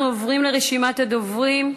אנחנו עוברים לרשימת הדוברים.